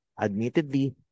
admittedly